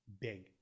Big